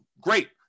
Great